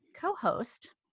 co-host